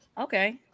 Okay